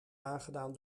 aangedaan